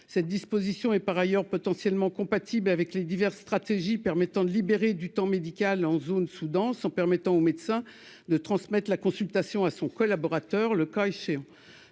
cette disposition est par ailleurs potentiellement compatible avec les diverses stratégies permettant de libérer du temps médical en zones sous-denses, en permettant aux médecins de transmettre la consultation à son collaborateur, le cas échéant,